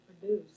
produce